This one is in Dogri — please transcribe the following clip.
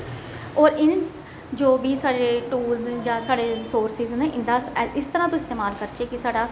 होर इन जो बी साढ़े टूल्स जां साढ़े रिसोर्सिस न इं'दा इस तरह तू इस्तमाल करचै कि साढ़ा